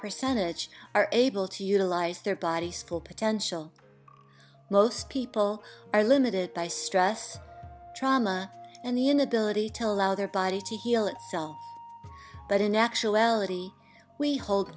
percentage are able to utilize their bodies full potential most people are limited by stress trauma and the inability to tell out their body to heal itself but in actuality we hold